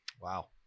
Wow